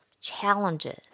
challenges